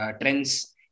Trends